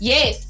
Yes